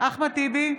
אחמד טיבי,